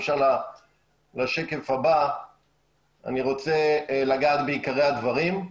אני רוצה לגעת בעיקרי הדברים.